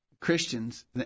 christians